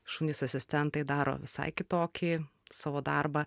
šunys asistentai daro visai kitokį savo darbą